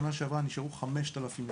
שנה שעברה נשארו 5,000,